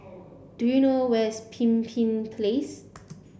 do you know where is Pemimpin Place